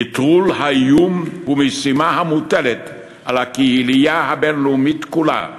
נטרול האיום הוא משימה המוטלת על הקהילייה הבין-לאומית כולה,